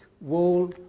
wall